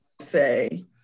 Say